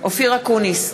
אופיר אקוניס,